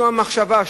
שום מחשבה,